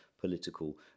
political